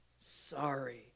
sorry